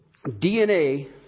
DNA